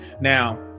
now